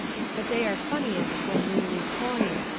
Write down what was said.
but they are funniest when newly coined,